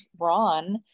Ron